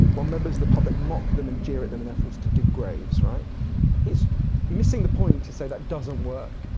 while members of the public mock them and jeer at them and are forced to dig graves. it's missing the point to say that doesn't work.